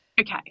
Okay